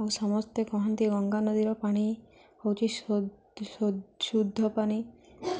ଆଉ ସମସ୍ତେ କହନ୍ତି ଗଙ୍ଗା ନଦୀର ପାଣି ହେଉଛି ଶୁଦ୍ଧ ପାଣି